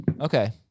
Okay